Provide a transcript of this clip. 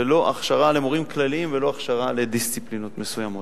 ולא הכשרה למורים כלליים ולא הכשרה לדיסציפלינות מסוימות.